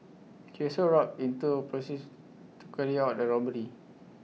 he also roped in two to carry out the robbery